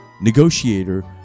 negotiator